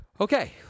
Okay